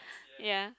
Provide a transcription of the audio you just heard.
ya